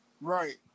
Right